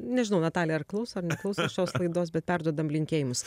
nežinau natalija ar klauso ar neklausau šios laidos bet perduodam linkėjimus